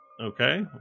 Okay